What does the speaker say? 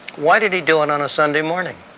why did he do it on a sunday morning?